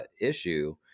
issue